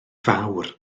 fawr